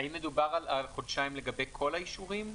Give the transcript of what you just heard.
האם מדובר על חודשיים לגבי כל האישורים,